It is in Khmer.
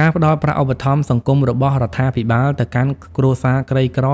ការផ្ដល់ប្រាក់ឧបត្ថម្ភសង្គមរបស់រដ្ឋាភិបាលទៅកាន់គ្រួសារក្រីក្រ